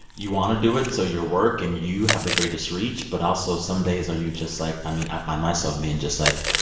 you want to do it, so your work and you have the greatest reach. but also, some days, are you just like i mean, i find myself being just like,